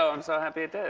so i'm so happy it did.